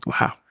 Wow